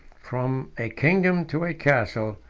from a kingdom to a castle,